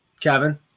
kevin